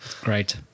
great